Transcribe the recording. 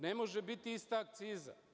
Ne može biti ista akciza.